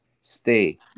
stay